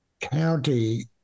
county